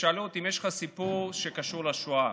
ושאלו אותי אם יש לי סיפור שקשור לשואה.